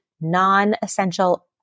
non-essential